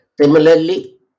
Similarly